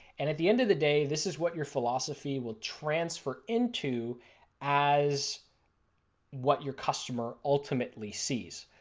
and at the end of the day this is what your philosophy will transfer into as what your customer ultimately sees.